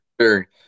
sure